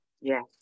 Yes